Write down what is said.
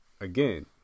again